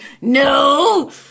No